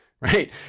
right